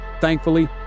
Thankfully